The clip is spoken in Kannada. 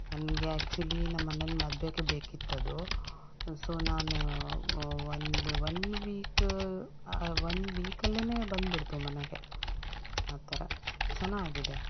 ನನಗೆ ಆ್ಯಕ್ಚುಲಿ ನಮ್ಮ ಅಣ್ಣನ ಮದುವೆಗೆ ಬೇಕಿತ್ತು ಅದು ಸೊ ನಾನು ಒಂದು ಒನ್ ವೀಕ ಒನ್ ವೀಕಲ್ಲೆ ಬಂದುಬಿಡ್ತು ಮನೆಗೆ ಆ ಥರ ಚೆನ್ನಾಗಿದೆ